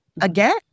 again